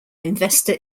investor